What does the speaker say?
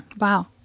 Wow